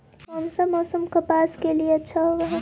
कोन सा मोसम कपास के डालीय अच्छा होबहय?